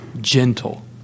Gentle